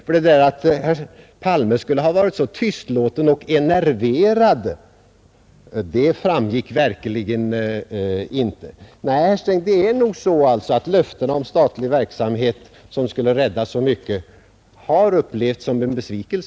Att herr Palme skulle ha varit så tystlåten och enerverande försiktig framgick verkligen inte. Det är nog så, herr Sträng, att man upplevt det som en besvikelse att löftena om statlig verksamhet som skulle rädda så mycket inte har infriats.